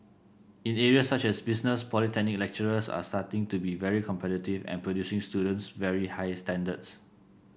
in areas such as business polytechnic lecturers are starting to be very competitive and producing students very high standards